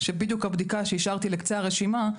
שבדיוק הבדיקה שהשארתי לקצה הרשימה,